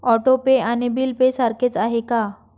Auto pay आणि bill pay सारखेच आहे का?